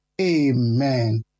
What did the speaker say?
Amen